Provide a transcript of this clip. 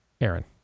Aaron